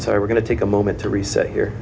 so we're going to take a moment to reset here